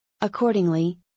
Accordingly